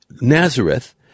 Nazareth